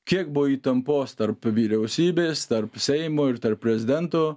kiek buvo įtampos tarp vyriausybės tarp seimo ir tarp prezidento